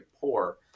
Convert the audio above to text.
poor